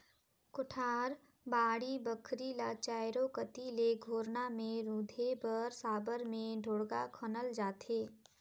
कोठार, बाड़ी बखरी ल चाएरो कती ले घोरना मे रूधे बर साबर मे ढोड़गा खनल जाथे